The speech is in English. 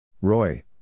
Roy